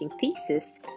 thesis